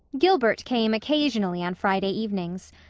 gilbert came occasionally on friday evenings.